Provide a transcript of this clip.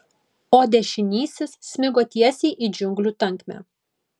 o dešinysis smigo tiesiai į džiunglių tankmę